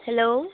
hello